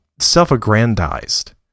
self-aggrandized